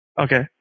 Okay